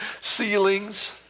ceilings